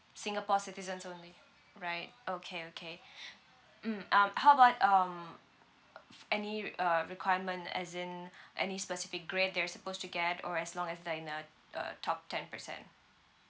singapore citizens only right okay okay mm um how about um any re~ uh requirement as in any specific grade they're supposed to get or as long as they're in uh uh top ten percent